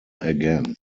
again